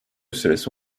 süresi